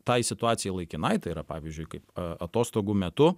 tai situacijai laikinai tai yra pavyzdžiui kaip a atostogų metu